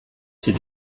ses